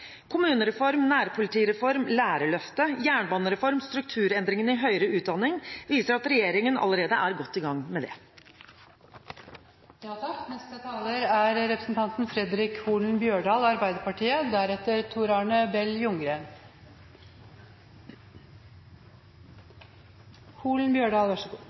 Kommunereform, nærpolitireform, lærerløftet, jernbanereform og strukturendringene i høyere utdanning viser at regjeringen allerede er godt i gang med